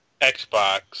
Xbox